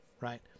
right